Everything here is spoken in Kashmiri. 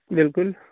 بلکُل